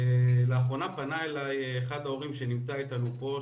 לאחרונה פנה אלי אחד ההורים שנמצא איתנו פה,